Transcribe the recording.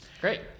Great